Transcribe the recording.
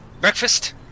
breakfast